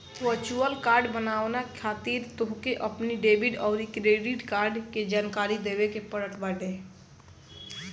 virtual card बनवावे खातिर तोहके अपनी डेबिट अउरी क्रेडिट कार्ड के जानकारी देवे के पड़त बाटे